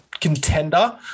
contender